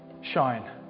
shine